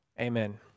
Amen